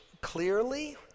clearly